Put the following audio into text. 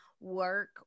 work